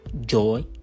joy